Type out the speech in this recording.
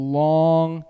long